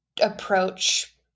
approach